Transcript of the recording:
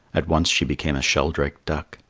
at once she became a sheldrake duck.